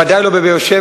ודאי לא בבאר-שבע,